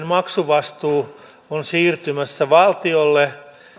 maksuvastuu on siirtymässä valtiolle